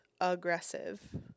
aggressive